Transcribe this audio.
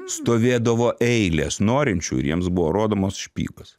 stovėdavo eilės norinčių ir jiems buvo rodomos špygos